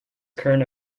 current